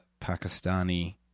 Pakistani